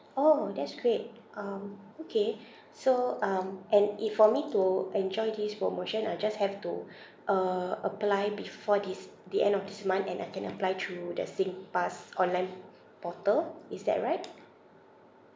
orh that's great um okay so um and if for me to enjoy this promotion I just have to uh apply before this the end of this month and I can apply through the singpass online portal is that right